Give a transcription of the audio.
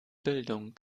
bildung